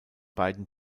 beiden